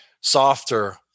Softer